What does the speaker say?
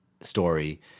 story